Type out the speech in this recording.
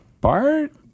Bart